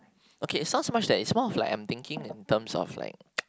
okay it's not so much that it's more of like I'm thinking in terms of like